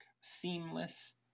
seamless